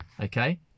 Okay